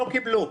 לא קיבלו.